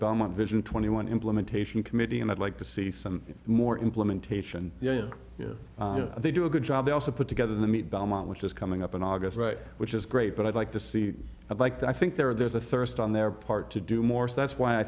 belmont vision twenty one implementation committee and i'd like to see some more implementation yeah they do a good job they also put together the meat belmont which is coming up in august right which is great but i'd like to see i'd like to i think there are there's a thirst on their part to do more so that's why i